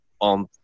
on